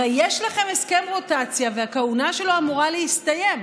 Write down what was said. הרי יש לכם הסכם רוטציה והכהונה שלו אמורה להסתיים,